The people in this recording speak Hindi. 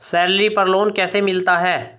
सैलरी पर लोन कैसे मिलता है?